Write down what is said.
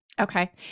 Okay